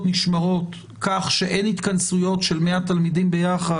נשמרות כך שאין התכנסויות של מאה תלמידים ביחד,